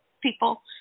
people